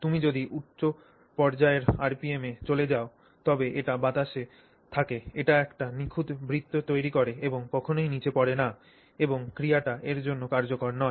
তুমি যদি উচ্চ পর্যায়ের আরপিএম এ চলে যাও তবে এটি বাতাসে থাকে এটি একটি নিখুঁত বৃত্ত তৈরি করে এবং কখনই নিচে পড়ে না এবং এই ক্রিয়াটি এর জন্য কার্যকর নয়